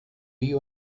you